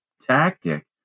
tactic